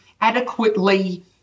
adequately –